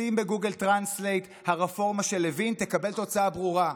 שים בגוגל טרנסלייט "הרפורמה של לוין" תקבל תוצאה ברורה: